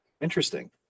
Interesting